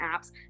apps